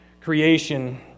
creation